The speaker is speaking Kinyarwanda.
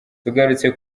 tugarutse